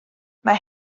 mae